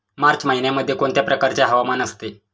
मार्च महिन्यामध्ये कोणत्या प्रकारचे हवामान असते?